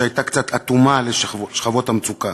שהייתה קצת אטומה לשכבות המצוקה.